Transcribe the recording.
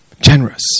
Generous